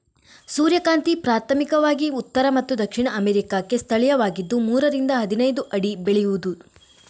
ಸೂರ್ಯಕಾಂತಿ ಪ್ರಾಥಮಿಕವಾಗಿ ಉತ್ತರ ಮತ್ತು ದಕ್ಷಿಣ ಅಮೇರಿಕಾಕ್ಕೆ ಸ್ಥಳೀಯವಾಗಿದ್ದು ಮೂರರಿಂದ ಹದಿನೈದು ಅಡಿ ಬೆಳೆಯುವುದು